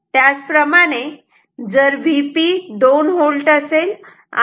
त्याचप्रमाणे जर Vp 2V आणि Vn 1